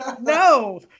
no